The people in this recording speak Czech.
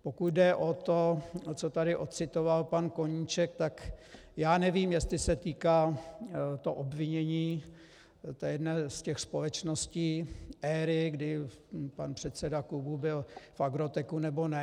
Pokud jde o to, co tu odcitoval pan Koníček, tak já nevím, jestli se týká to obvinění jedné z těch společností éry, kdy pan předseda klubu byl v Agrotecu, nebo ne.